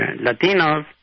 Latinos